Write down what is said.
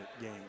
game